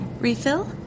Refill